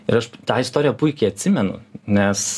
ir aš tą istoriją puikiai atsimenu nes